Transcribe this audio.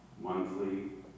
monthly